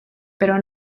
pero